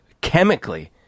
chemically